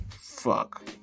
fuck